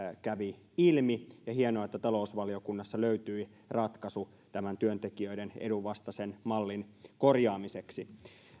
kävi ilmi hienoa että talousvaliokunnassa löytyi ratkaisu tämän työntekijöiden edun vastaisen mallin korjaamiseksi